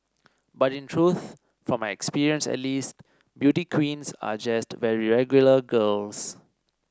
but in truth from my experience at least beauty queens are just very regular girls